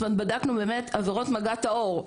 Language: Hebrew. זאת אומרת, בדקנו באמת עבירות מגע טהור.